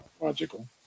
logical